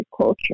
culture